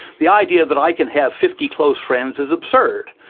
the idea that i can have fifty close friends is absurd.